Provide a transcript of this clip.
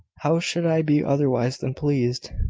how should i be otherwise than pleased?